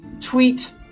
tweet